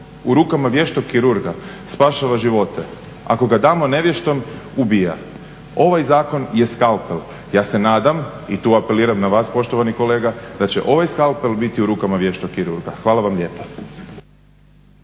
u rukama vještog kirurga spašava živote, ako ga damo nevještom ubija. Ovaj zakon je skalpel, ja se nadam i tu apeliram na vas poštovani kolega da će ovaj skalpel biti u rukama vještog kirurga. Hvala vam lijepa.